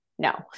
no